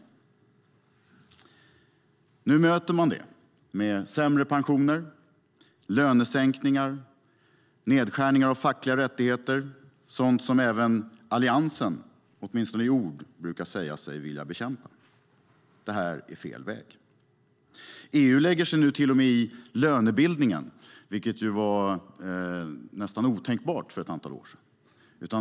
Nu möter man det med sämre pensioner, lönesänkningar och nedskärningar av fackliga rättigheter - sådant som även Alliansen åtminstone i ord brukar säga sig vilja bekämpa. Det är fel väg. EU lägger sig nu till och med i lönebildningen, vilket var nästan otänkbart för ett antal år sedan.